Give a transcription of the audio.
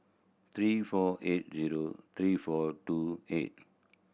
three four eight zero three four two eight